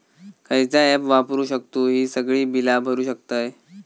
खयचा ऍप वापरू शकतू ही सगळी बीला भरु शकतय?